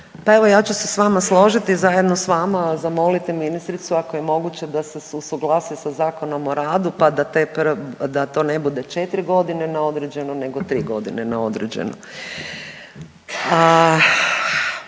Pa evo ja ću se s vama složiti, zajedno s vama zamoliti ministricu ako je moguće da se usuglasi sa Zakonom o radu, pa da to ne bude 4.g. na određeno nego 3.g. na određeno.